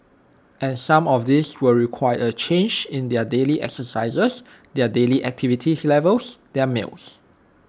and some of these will require A change in their daily exercises their daily activities levels their meals